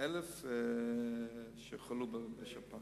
ו-1,000 שחלו בשפעת.